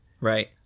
Right